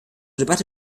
debatte